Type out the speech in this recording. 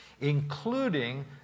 including